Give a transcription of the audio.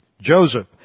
Joseph